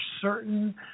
certain